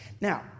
Now